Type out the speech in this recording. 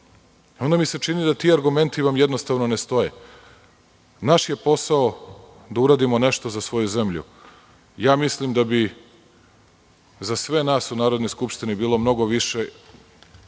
Onda mi se čini da ti argumenti vam jednostavno ne stoje. Naš je posao da uradimo nešto za svoju zemlju. Mislim da bi za sve nas u Narodnoj skupštini bilo mnogo više